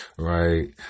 Right